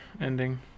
ending